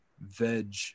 veg